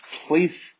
place